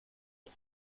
det